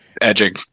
Edging